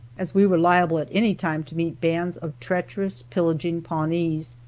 as we were liable at any time to meet bands of treacherous, pillaging pawnees,